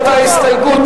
01,